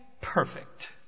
perfect